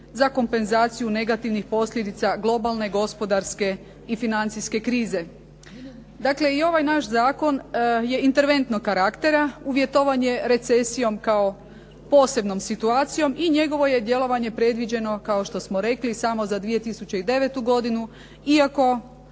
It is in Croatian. za kompenzaciju negativnih posljedica globalne gospodarske i financijske krize. Dakle i ovaj naš zakon je interventnog karaktera. Uvjetovan je recesijom kao posebnom situacijom i njegovo je djelovanje predviđeno kao što smo rekli samo za 2009. godinu iako